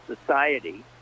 society